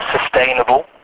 sustainable